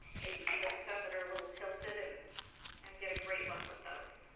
maybe even some that are a little tilted. and and get a great look with those.